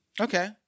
Okay